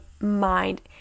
mind